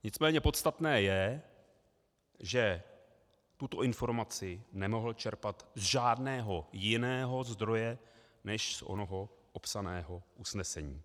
Nicméně podstatné je, že tuto informaci nemohl čerpat z žádného jiného zdroje než z onoho opsaného usnesení.